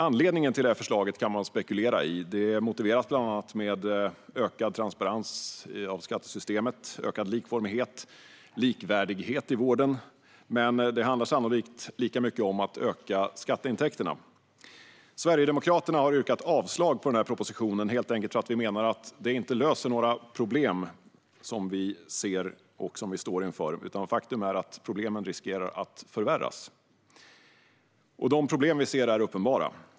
Anledningen till detta förslag kan man spekulera i - det motiveras bland annat med ökad transparens i skattesystemet och ökad likformighet och likvärdighet i vården, men det handlar sannolikt lika mycket om att öka skatteintäkterna. Sverigedemokraterna har yrkat avslag på propositionen helt enkelt för att vi menar att den inte löser några av de problem som vi står inför. Faktum är att problemen tvärtom riskerar att förvärras - och problemen är uppenbara.